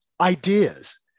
ideas